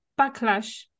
backlash